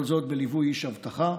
כל זאת בליווי איש אבטחה.